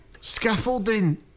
Scaffolding